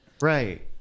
Right